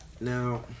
Now